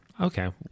okay